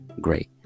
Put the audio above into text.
Great